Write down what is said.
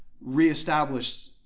reestablish